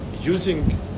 using